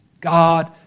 God